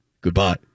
goodbye